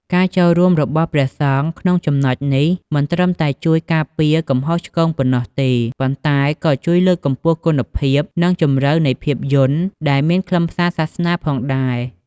ការចូលរួមរបស់ព្រះសង្ឃក្នុងចំណុចនេះ មិនត្រឹមតែជួយការពារកំហុសឆ្គងប៉ុណ្ណោះទេ ប៉ុន្តែក៏ជួយលើកកម្ពស់គុណភាព និងជម្រៅនៃភាពយន្ត ដែលមានខ្លឹមសារសាសនាផងដែរ។